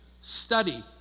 study